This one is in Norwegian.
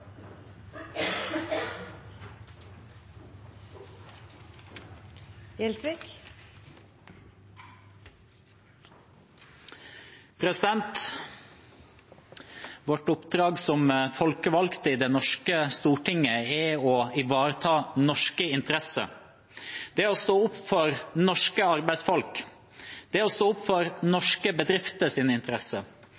dit. Vårt oppdrag som folkevalgte i det norske storting er å ivareta norske interesser, det er å stå opp for norske arbeidsfolk, det er å stå opp for